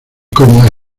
como